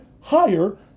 higher